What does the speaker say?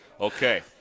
Okay